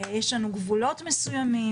יש לנו גבולות מסוימים,